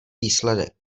výsledek